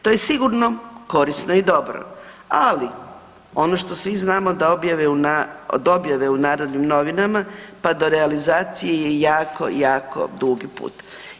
To je sigurno korisno i dobro, ali ono što svi znamo od objave u Narodnim novinama pa do realizacije je jako, jako dugi put.